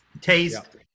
Taste